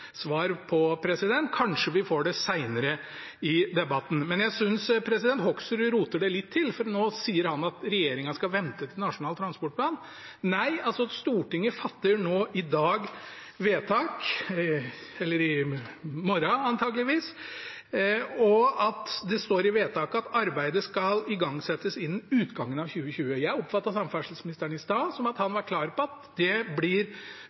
svar på. Kanskje får vi det senere i debatten? Men jeg synes Hoksrud roter det litt til, for nå sier han at regjeringen skal vente til Nasjonal transportplan. Nei, Stortinget fatter vedtak i dag, eller i morgen antakeligvis. Det står i vedtaket at arbeidet skal igangsettes innen utgangen av 2020. Jeg oppfattet samferdselsministeren i stad som at han var klar på at det blir